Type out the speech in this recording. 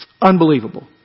Unbelievable